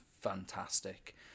fantastic